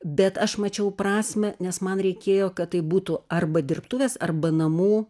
bet aš mačiau prasmę nes man reikėjo kad tai būtų arba dirbtuvės arba namų